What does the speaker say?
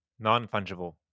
Non-fungible